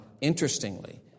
interestingly